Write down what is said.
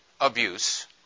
abuse